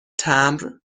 تمبر